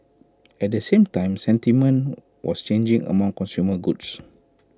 at the same time sentiment was changing among consumer goods